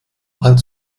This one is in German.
als